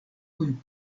kun